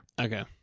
Okay